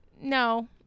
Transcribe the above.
no